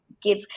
give